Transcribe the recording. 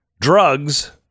drugs